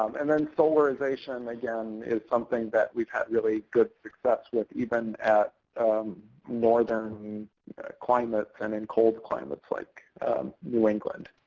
um and then solarization, again, is something that we've had really good success with, even at northern climates and in cold climates like new england.